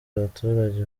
abaturage